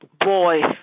boy